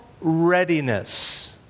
readiness